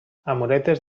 amoretes